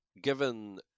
given